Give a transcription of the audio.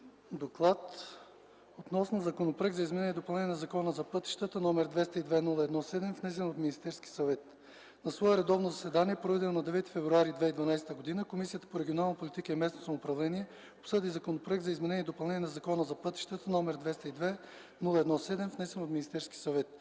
„ДОКЛАД относно Законопроект за изменение и допълнение на Закона за пътищата, № 202-01-7, внесен от Министерски съвет На свое редовно заседание, проведено на 9 февруари 2012 г., Комисията по регионална политика и местно самоуправление обсъди Законопроект за изменение и допълнение на Закона за пътищата, № 202-01-7, внесен от Министерски съвет.